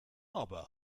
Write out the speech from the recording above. aber